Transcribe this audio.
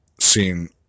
seen